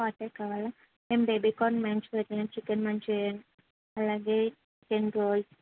hot కావాలా మేము baby corn Manchurian and chicken Manchurian అలాగే చికెన్ రోల్స్